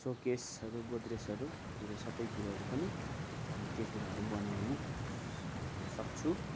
सोकेसहरू गडरेजहरू त्योहरू सबै कुरोहरू पनि त्यो कुराहरू बनाउनु सक्छु